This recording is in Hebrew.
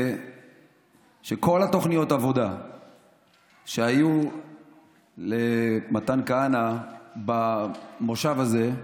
שכל תוכניות העבודה שהיו למתן כהנא במושב הזה,